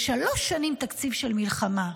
בשלוש שנים תקציב של מלחמה,